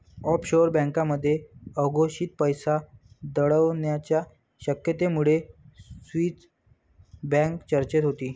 offshore बँकांमध्ये अघोषित पैसा दडवण्याच्या शक्यतेमुळे स्विस बँक चर्चेत होती